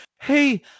Hey